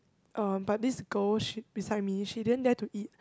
um but this girl she beside me she didn't dare to eat